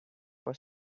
for